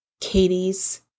Katie's